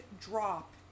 drop